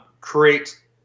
create